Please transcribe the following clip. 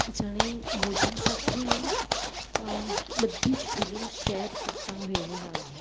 જાણે મોજા સાથે બધી જ ફિલિંગ શેર કરતાં હોઈએ એવું લાગે